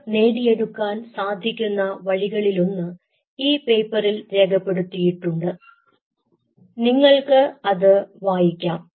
അത് നേടിയെടുക്കാൻ സാധിക്കുന്ന വഴികളിലൊന്ന് ഈ പേപ്പറിൽ രേഖപ്പെടുത്തിയിട്ടുണ്ട് നിങ്ങൾക്ക് അത് വായിക്കാം